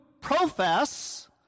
profess